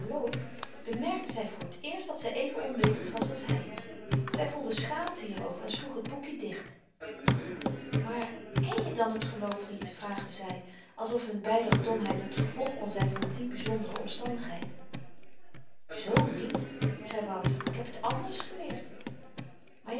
bemerkte zy voor t eerst dat zy even onwetend was als hy zy voelde schaamte hierover en sloeg t boekje dicht maar ken je dan t geloof niet vraagde zy alsof hun beider domheid het gevolg kon zyn van die byzondere omstandigheid z niet zei wouter ik heb t anders geleerd maar